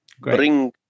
Bring